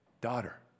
Daughter